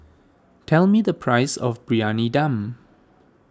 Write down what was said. tell me the price of Briyani Dum